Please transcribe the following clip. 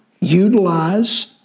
utilize